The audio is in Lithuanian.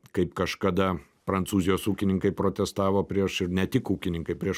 kaip kažkada prancūzijos ūkininkai protestavo prieš ir ne tik ūkininkai prieš